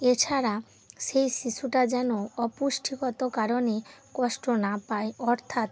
এছাড়া সেই শিশুটা যেন অপুষ্ঠিগত কারণে কষ্ট না পায় অর্থাৎ